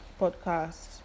podcast